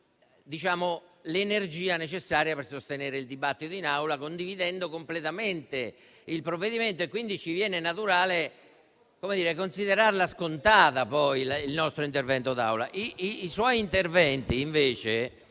l'energia necessaria per sostenere il dibattito in Aula, condividendo completamente il provvedimento. Ci viene quindi naturale considerare poi scontato il nostro intervento in Aula. I suoi interventi invece,